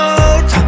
out